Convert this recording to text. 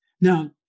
Now